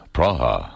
Praha